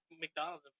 McDonald's